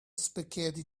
spaghetti